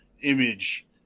image